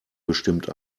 bestimmt